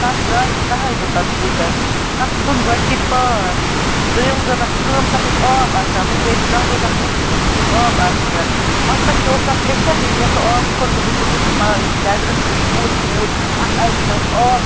تتھ دراے دَہَے دۄہ تتھ بوٗٹھس تتھ ژیوٚن گۄڈتھی پار دوٚیِم گوٚو تتھ کٲم تتھ اوس آب اَژان ونۍ گٔے نہٕ دَہ دۄہ تہِ نہٕ بوٗٹس بوٗٹس لوٚگ آب اَژنہِ ہوٚتھ پٮ۪ٹھ کیٛاہ اوس تتھ لیٚکتھ ییٚلہِ مےٚ سُہ آرڈر کوٚر دوٚپمُت اوسُکھ مطلب یہِ چھُ لٮ۪درس منٛز پورٕ بوٹھ اتھ اَژِ نہٕ آب